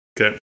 okay